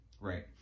Right